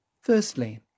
Firstly